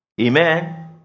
amen